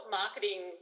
marketing